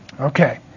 Okay